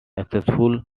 successful